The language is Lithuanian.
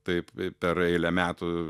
taip per eilę metų